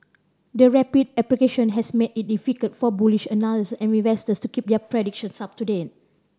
the rapid appreciation has made it difficult for bullish analyst and investors to keep their predictions up to date